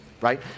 right